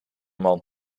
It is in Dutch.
man